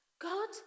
God